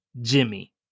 Jimmy